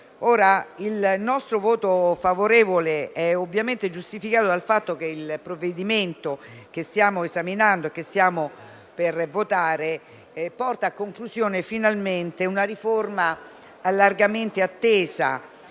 il nostro voto favorevole è ovviamente giustificato dal fatto che il provvedimento che stiamo esaminando e stiamo per votare porta a conclusione finalmente una riforma largamente attesa